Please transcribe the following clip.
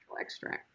extract